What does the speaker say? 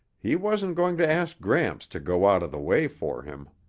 he wasn't going to ask gramps to go out of the way for him.